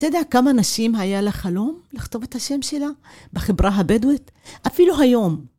אתה יודע כמה נשים היה לה חלום לכתוב את השם שלה בחברה הבדואית? אפילו היום.